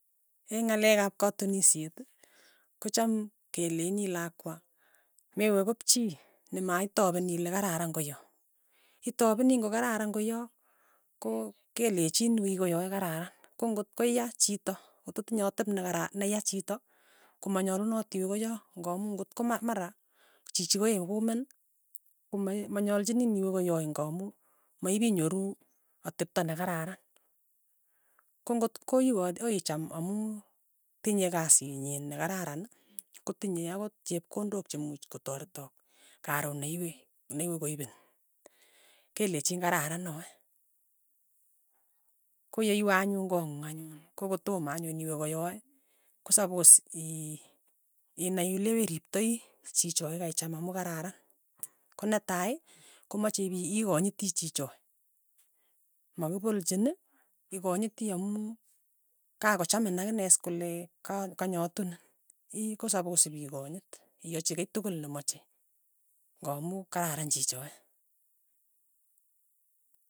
Eng' ng'alek ap katunisiet, kocham keleini lakwa mewe kopchi nemaitapen ile kararan koya, itapeni ng'o kararan koya ko kelechin wiy koyyae kararan, ko ng'oy ko ya chito, kotkotinye atep nekara neya chito, komanyalunot iwe koya, ng'amu ng'ot ko ma- mara chichi koeen kumin. kome manyalchinin iwe koyae ng'amu maipinyoru atepto nekararan, ko ng'ot ko iwat akoi icham amu tinye kasit nyin nekararan, kotinye akot chepkondok chemuuch kotaretok karoon ne iwee, ne iwe koipin, kelechin kararan noe, koyeiwe anyun kong'ung anyun kokotoma anyun iwe koyae, ko sapos ii- iinai ileperiptai chichoe keicham amu kararan, konetai, komache ipi ikonyiti chichoe, makipolchin ikonyiti amu kakochamin akine is kole kan kany atunin, ii kosapos ipikonyit, iachi kiy tukul nemache, ng'amu kararan chichoe.